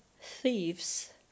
thieves